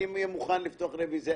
אני אהיה מוכן לפתוח רביזיה.